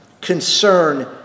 concern